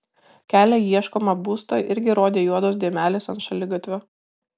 kelią į ieškomą būstą irgi rodė juodos dėmelės ant šaligatvio